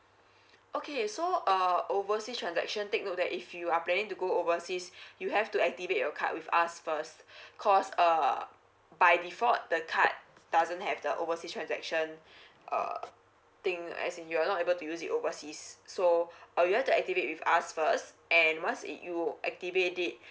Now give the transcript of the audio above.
okay so uh oversea transaction take note that if you are planning to go overseas you have to activate your card with us first cause err by default the card doesn't have the oversea transaction err thing as in you're not able to use it overseas so uh you have to activate with us first and once it you activate it